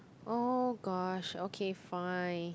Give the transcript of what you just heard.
oh gosh okay fine